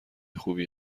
خوبی